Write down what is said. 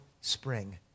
spring